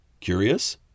Curious